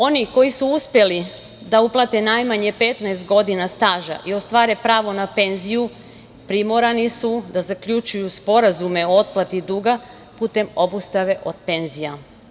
Oni koji su uspeli da uplate najmanje 15 godina staža i ostvare pravo na penziju, primorani su da zaključuju sporazume o otplati duga putem obustave od penzija.